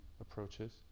approaches